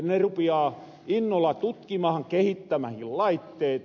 ne rupiaa innolla tutkimahan kehittämähän laitteita